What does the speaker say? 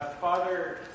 Father